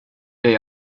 dig